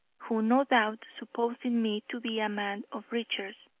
who, no doubt, supposing me to be a man of riches,